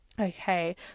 okay